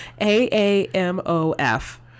a-a-m-o-f